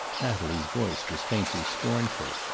natalie's voice was faintly scornful.